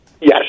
Yes